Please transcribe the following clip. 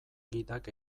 gidak